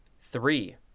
three